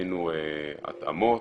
ועשינו התאמות.